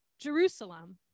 jerusalem